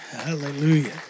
Hallelujah